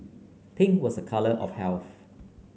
pink was a colour of health